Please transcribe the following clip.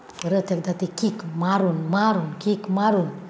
परत एकदा ते कीक मारून मारून कीक मारून